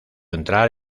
entrar